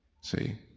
See